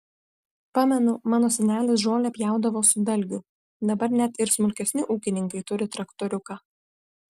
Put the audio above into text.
pamenu mano senelis žolę pjaudavo su dalgiu dabar net ir smulkesni ūkininkai turi traktoriuką